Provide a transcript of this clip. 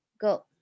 go